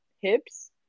hips